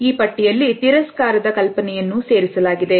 ಈ ಪಟ್ಟಿಯಲ್ಲಿ ತಿರಸ್ಕಾರದ ಕಲ್ಪನೆಯನ್ನು ಸೇರಿಸಲಾಗಿದೆ